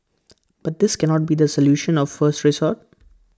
but this cannot be the solution of first resort